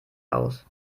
aus